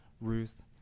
Ruth